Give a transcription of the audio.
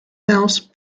mouse